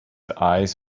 eyes